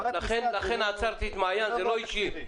לכן עצרתי את מעיין, זה לא אישי.